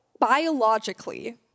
biologically